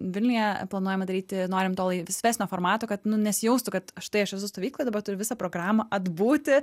vilniuje planuojame daryti norim laisvesnio formato kad nesijaustų kad štai aš esu stovykloj dabar turiu visą programą atbūti